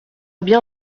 bien